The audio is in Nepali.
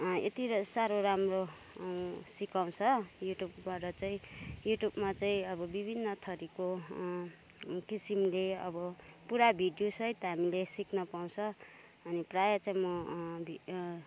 यति साह्रो राम्रो सिकाउँछ युट्युबबाट चाहिँ युट्युबमा चाहिँ अब विभिन्न थरीको किसिमले अब पुरा भिडियोसहित हामीले सिक्न पाउँछ अनि प्रायः चाहिँ म